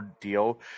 deal